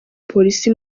polisi